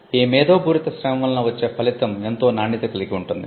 ఈ మేధోపూరిత శ్రమ వలన వచ్చే ఫలితం ఎంతో నాణ్యత కలిగి ఉంటుంది